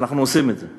ואנחנו עושים את זה.